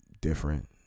Different